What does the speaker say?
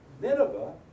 Nineveh